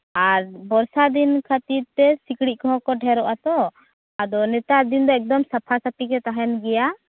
ᱟᱨ ᱵᱚᱨᱥᱟ ᱫᱤᱱ ᱠᱷᱟᱹᱛᱤᱨ ᱛᱮ ᱥᱤᱠᱬᱤᱡ ᱠᱚᱦᱚᱸ ᱠᱚ ᱰᱷᱮᱨᱚᱜᱼᱟ ᱛᱚ ᱟᱫᱚ ᱱᱮᱛᱟᱨ ᱫᱤᱱ ᱫᱚ ᱮᱠᱫᱚᱢ ᱥᱟᱯᱷᱟ ᱥᱟᱯᱷᱤᱜᱮ ᱛᱟᱦᱮᱸᱱ ᱜᱮᱭᱟ